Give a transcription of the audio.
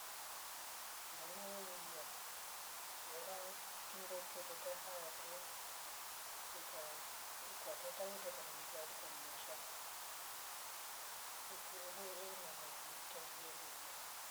Mwana wewuiya yera kindo teta hatu uka- ukwa teta wetata na mndwali kwa ngsha ikuriwe ehh manya nikto ulienda lia